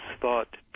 thought